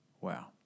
Wow